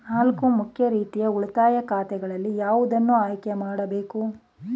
ನಾಲ್ಕು ಮುಖ್ಯ ರೀತಿಯ ಉಳಿತಾಯ ಖಾತೆಗಳಲ್ಲಿ ಯಾವುದನ್ನು ಆಯ್ಕೆ ಮಾಡಬೇಕು?